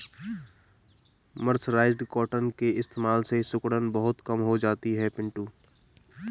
mercerised cotton के इस्तेमाल से सिकुड़न बहुत कम हो जाती है पिंटू